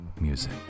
music